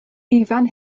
ifan